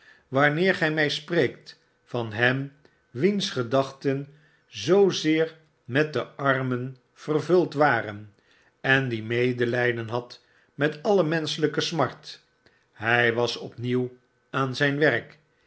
wanneer gy my spreekt van hem wiens gedachten zoozeer met de armen vervuld waren en die medelijden had met alle menschelijke smart hy was opnieuw aan zyn werk